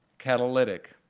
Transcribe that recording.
catalytic.